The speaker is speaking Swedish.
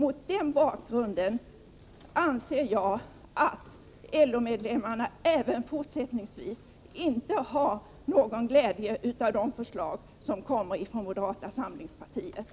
Mot den bakgrunden anser jag att LO-medlemmarnä även fortsättningsvis inte har någon glädje av de förslag som kommer från moderata samlingspartiet.